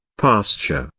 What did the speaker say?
pasture,